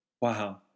Wow